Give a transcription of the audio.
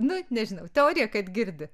nu nežinau teorija kad girdi